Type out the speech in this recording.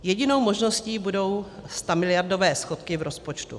Jedinou možností budou stamiliardové schodky v rozpočtu.